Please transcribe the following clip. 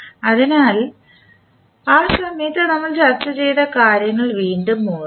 അതിനാൽ ആ സമയത്ത് നമ്മൾ ചർച്ച ചെയ്ത കാര്യങ്ങൾ വീണ്ടും ഓർക്കാം